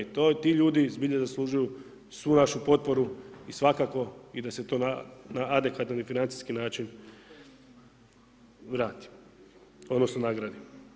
Ti ljudi zbilja zaslužuju svu našu potporu i svakako i da se to na adekvatan i financijski način vrati, odnosno nagradi.